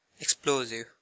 Explosive